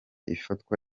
ifatwa